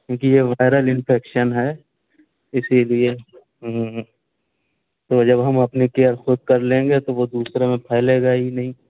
کیونکہ یہ viral infection ہے اسی لیے تو جب ہم اپنی کئیر خود کر لیں گے تو وہ دوسروں میں پھیلے گا ہی نہیں